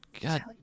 God